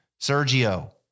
Sergio